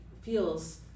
feels